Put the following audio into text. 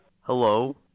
Hello